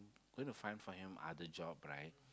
going to find find him other job right